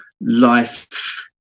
life